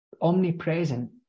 omnipresent